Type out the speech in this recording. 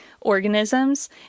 organisms